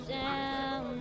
down